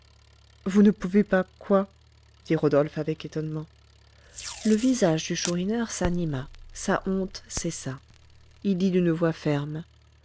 vous ne pouvez pas quoi dit rodolphe avec étonnement le visage du chourineur s'anima sa honte cessa il dit d'une voix ferme